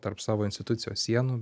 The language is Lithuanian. tarp savo institucijos sienų